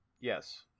Yes